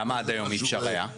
למה עד היום אי אפשר היה?